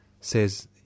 says